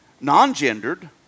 non-gendered